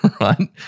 right